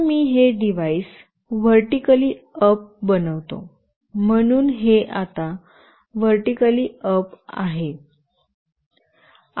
आता मी हे डिव्हाइस व्हर्टीकली अप बनवितो म्हणून हे आता व्हर्टीकली अप आहे